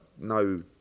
no